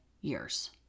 years